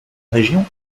région